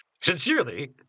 Sincerely